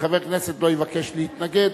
וחבר כנסת לא יבקש להתנגד,